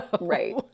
Right